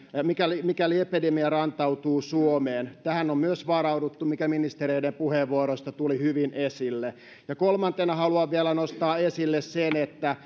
mikäli mikäli epidemia rantautuu suomeen tähän on myös varauduttu mikä ministereiden puheenvuoroista tuli hyvin esille kolmantena haluan vielä nostaa esille sen että